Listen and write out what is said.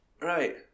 right